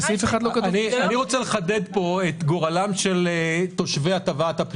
אני אשמח לראות איך מתייחסים לצמודי טבעת.